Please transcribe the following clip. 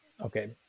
okay